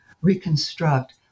reconstruct